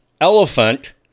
elephant